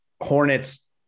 Hornets